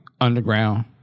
underground